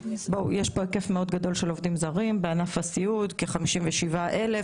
יש פה היקף מאוד גדול של עובדים זרים בענף הסיעוד כ-57 אלף,